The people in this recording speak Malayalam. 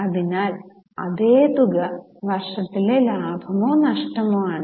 അതിനാൽ അതേ തുക വർഷത്തിലെ ലാഭമോ നഷ്ടമോ ആണ്